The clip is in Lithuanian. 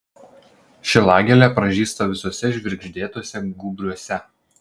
šilagėlė pražysta visuose žvirgždėtuose gūbriuose